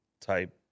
type